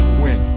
win